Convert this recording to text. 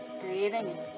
breathing